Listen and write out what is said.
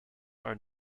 are